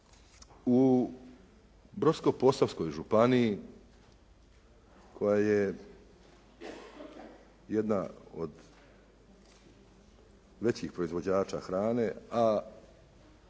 U Brodsko-Posavskoj županiji koja je jedna od većih proizvođača hrane, a